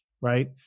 right